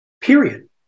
Period